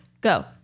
go